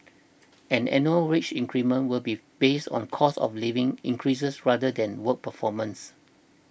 and annual wage increments will be based on cost of living increases rather than work performance